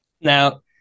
Now